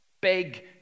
big